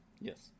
Yes